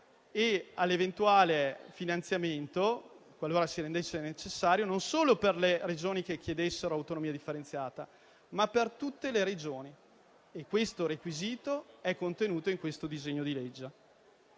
e all'eventuale finanziamento, qualora si rendesse necessario, non solo per quelle che chiedessero l'autonomia differenziata, ma per tutte le Regioni. Ebbene, tale requisito è contenuto in questo disegno di legge,